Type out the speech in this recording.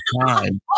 time